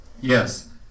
Yes